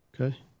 Okay